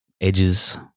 edges